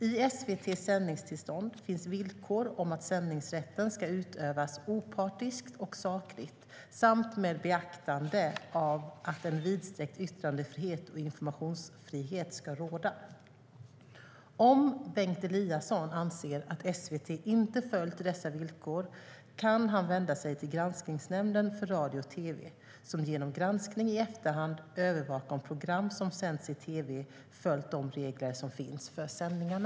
I SVT:s sändningstillstånd finns villkor om att sändningsrätten ska utövas opartiskt och sakligt samt med beaktande av att en vidsträckt yttrandefrihet och informationsfrihet ska råda. Om Bengt Eliasson anser att SVT inte följt dessa villkor kan han vända sig till Granskningsnämnden för radio och tv, som genom granskning i efterhand övervakar om program som sänts i tv följt de regler som finns för sändningarna.